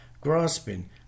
grasping